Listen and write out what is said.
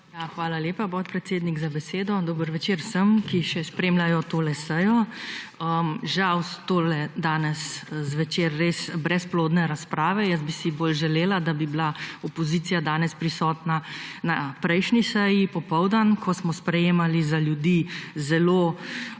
Hvala lepa, podpredsednik za besedo. Dober večer vsem, ki še spremljajo to sejo. Žal tole danes zvečer brezplodne razprave. Jaz bi si bolj želela, da bi bila opozicija danes prisotna na prejšnji seji popoldne, ko smo sprejemali za ljudi zelo